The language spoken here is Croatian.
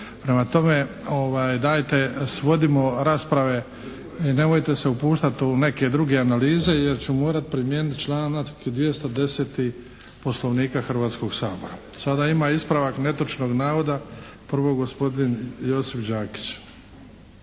Prema tome, dajte svodimo rasprave i nemojte se upuštati u neke druge analize jer ću morati primijeniti članak 210. Poslovnika Hrvatskog sabora. Sada ima ispravak netočnog navoda prvo gospodin Josip Đakić.